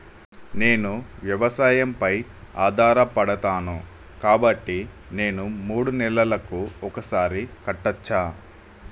నేను వ్యవసాయం పై ఆధారపడతాను కాబట్టి నేను మూడు నెలలకు ఒక్కసారి కట్టచ్చా?